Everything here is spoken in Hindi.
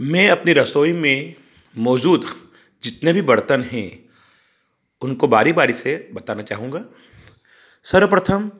मैं अपनी रसोई में मौजूद जितने भी बर्तन हैं उनको बारी बारी से बताना चाहूँगा सर्वप्रथम